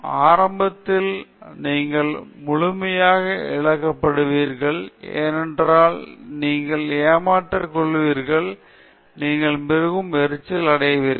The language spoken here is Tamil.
ஆரம்பத்தில் நீங்கள் முழுமையாக இழக்கப்படுவீர்கள் ஏனென்றால் உங்களை நீங்களே ஏமாற்றிக்கொள்வீர்கள் நீங்கள் மிகவும் எரிச்சல் அடைவீர்கள்